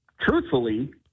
truthfully